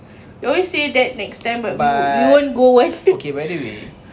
you always say that next time but we won't we won't go anymore